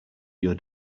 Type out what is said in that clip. your